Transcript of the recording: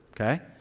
okay